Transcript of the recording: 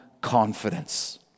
confidence